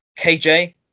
KJ